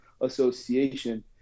association